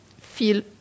feel